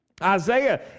Isaiah